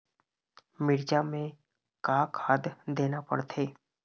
मिरचा मे का खाद देना पड़थे?